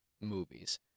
movies